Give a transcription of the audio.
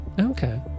Okay